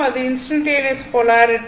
இது instantaneous polarity